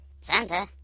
Santa